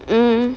mm